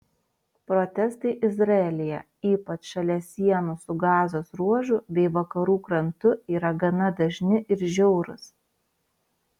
protestai izraelyje ypač šalia sienų su gazos ruožu bei vakarų krantu yra gana dažni ir žiaurūs